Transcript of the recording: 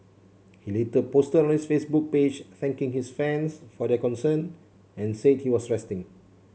he later posted on his Facebook page thanking his fans for their concern and said he was resting